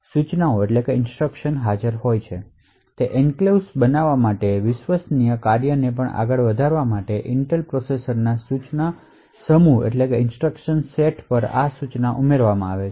તેથી એન્ક્લેવ્સ બનાવવા માટે વિશ્વસનીય કાર્યોને આગળ વધારવા માટે ઇન્ટેલ પ્રોસેસરના સૂચના સમૂહ પર આ ઇન્સટ્રક્શનશ ઉમેરવામાં આવી છે